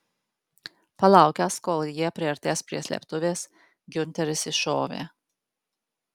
palaukęs kol jie priartės prie slėptuvės giunteris iššovė